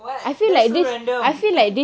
what that's so random